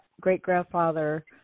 great-grandfather